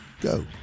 go